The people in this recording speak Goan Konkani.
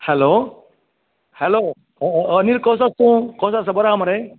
हालो हालो अनील कोसो आसा तूं कोसो आसा बरो आसा मरे